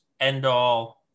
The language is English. Endall